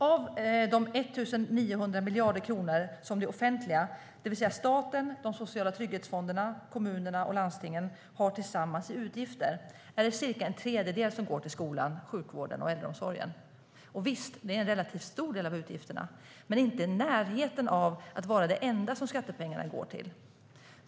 Av de 1 900 miljarder kronor som det offentliga, det vill säga staten, de sociala trygghetsfonderna, kommunerna och landstingen har tillsammans i utgifter, är det cirka en tredjedel som går till skolan, sjukvården och äldreomsorgen. Visst är det en relativt stor del av utgifterna, men det är inte i närheten av att vara det enda som skattepengarna går till.